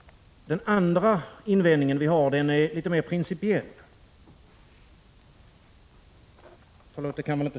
Den andra invändning som vi har är mer principiell.